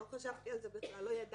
לא חשבתי על זה בכלל, לא ידעתי.